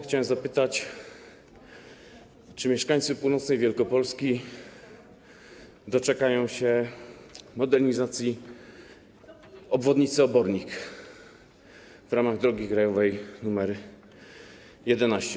Chciałem zapytać, czy mieszkańcy północnej Wielkopolski doczekają się modernizacji obwodnicy Obornik w ramach drogi krajowej nr 11.